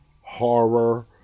horror